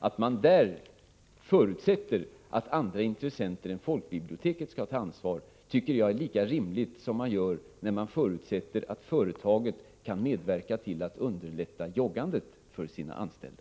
Det är lika rimligt att förutsätta att andra intressenter än folkbiblioteket skall ta ett ansvar på detta område som det är förutsätta att företaget kan medverka till att underlätta joggandet för sina anställda.